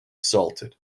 salted